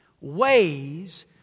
ways